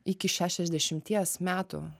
iki šešiasdešimies metų